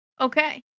Okay